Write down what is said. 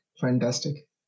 Fantastic